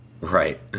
Right